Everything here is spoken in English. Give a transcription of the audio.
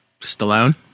Stallone